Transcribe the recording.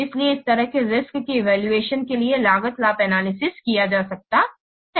इसलिए इस तरह से रिस्क के इवैल्यूएशन के लिए लागत लाभ एनालिसिस किया जा सकता है